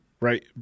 right